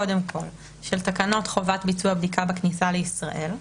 קודם כול של תקנות חובת ביצוע בדיקה בכניסה לישראל.